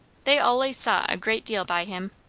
they allays sot a great deal by him.